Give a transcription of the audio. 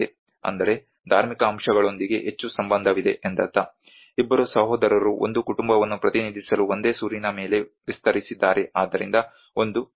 ಅಂದರೆ ಧಾರ್ಮಿಕ ಅಂಶಗಳೊಂದಿಗೆ ಹೆಚ್ಚು ಸಂಬಂಧವಿದೆ ಎಂದರ್ಥ ಇಬ್ಬರು ಸಹೋದರರು ಒಂದು ಕುಟುಂಬವನ್ನು ಪ್ರತಿನಿಧಿಸಲು ಒಂದೇ ಸೂರಿನ ಮೇಲೆ ವಿಸ್ತರಿಸಿದ್ದಾರೆ ಆದ್ದರಿಂದ ಒಂದು ಕುಟುಂಬವಿದೆ